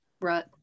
Right